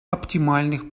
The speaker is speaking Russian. оптимальных